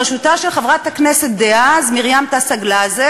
בראשותה של חברת הכנסת דאז מרים גלזר-תעסה,